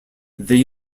they